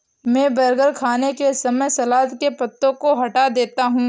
मैं बर्गर खाने के समय सलाद के पत्तों को हटा देता हूं